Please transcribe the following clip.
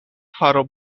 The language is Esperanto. faro